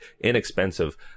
inexpensive